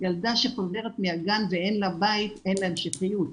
ילדה שחוזרת מהגן ואין לה בית, אין לה המשכיות.